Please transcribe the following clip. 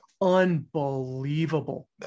Unbelievable